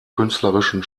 künstlerischen